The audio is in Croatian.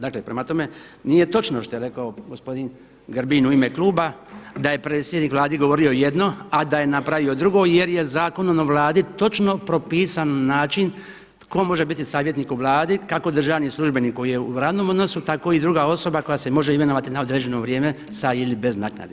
Dakle prema tome, nije točno što je rekao gospodin Grbin u ime kluba da je predsjednik Vlade govorio jedno a da je napravio drugo jer je Zakonom o Vladi točno propisan način tko može biti savjetnik u Vladi, kako državnik službenik koji je u radnom odnosu, tako i druga osoba koja se može imenovati na određeno vrijeme sa ili bez naknade.